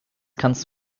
kannst